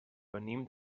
venim